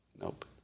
Nope